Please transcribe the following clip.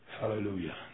Hallelujah